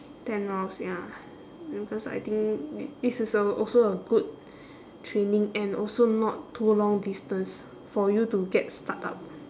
ten rounds ya and because I think this is a also a good training and also not too long distance for you to get start up